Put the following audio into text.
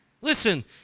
Listen